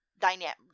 dynamic